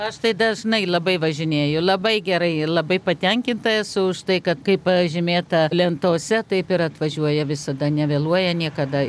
aš tai dažnai labai važinėju labai geraiir labai patenkinta esu už tai kad kaip pažymėta lentose taip ir atvažiuoja visada nevėluoja niekada